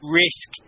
risk